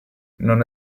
non